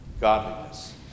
Godliness